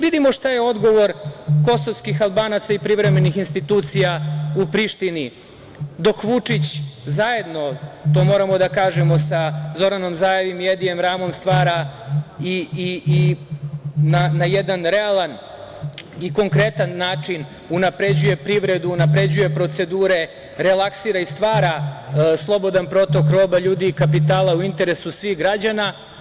Vidimo šta je odgovor kosovskih Albanaca i privremenih institucija u Prištini, dok Vučić zajedno, to moramo da kažemo sa Zoranom Zaevom i Edijem Ramom stvara i na jedan realan i konkretan način unapređuje privredu, unapređuje procedure, relaksira i stvara slobodan protok roba, ljudi i kapitala u interesu svih građana.